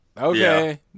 Okay